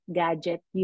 gadget